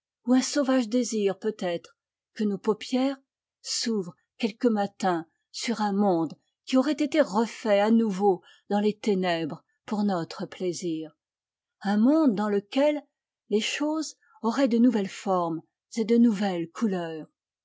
un sauvage désir peut-être que nos paupières s'ouvrent quelque matin sur un monde qui aurait été refait à nouveau dans les ténèbres pour notre plaisir un monde dans lequel les choses auraient de nouvelles formes et de nouvelles couleurs